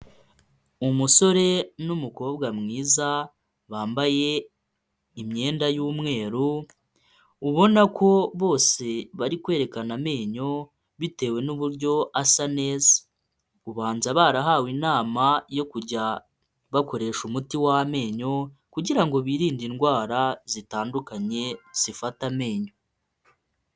Umusore n'umukobwa mwiza bambaye imyenda y'umweru ubona ko bose bari kwerekana amenyo bitewe n'uburyo asa neza; ubanza barahawe inama yo kujya bakoresha umuti w'amenyo kugira ngo birinde indwara zitandukanye zifata amenyo.